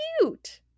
cute